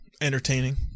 entertaining